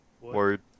Word